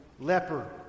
leper